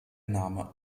name